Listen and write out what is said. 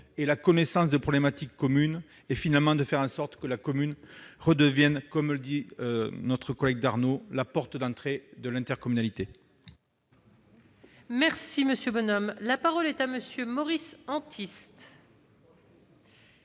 et la connaissance des problématiques communes et, finalement, de faire en sorte que la commune redevienne, comme l'a dit notre collègue Mathieu Darnaud, la porte d'entrée de l'intercommunalité. La parole est à M. Maurice Antiste,